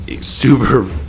super